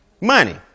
money